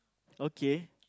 okay